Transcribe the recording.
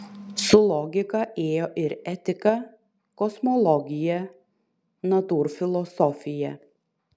su logika ėjo ir etika kosmologija natūrfilosofija